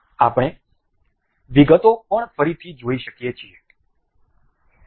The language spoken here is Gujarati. આપણે વિગતો ફરી જોઈ શકીએ છીએ